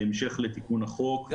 בהמשך לתיקון החוק.